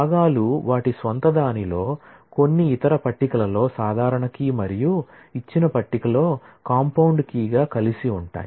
భాగాలు వాటి స్వంతదానిలో కొన్ని ఇతర పట్టికలలో సాధారణ కీ మరియు ఇచ్చిన పట్టికలో కాంపౌండ్ కీ గా కలిసి ఉంటాయి